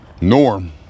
Norm